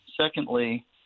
secondly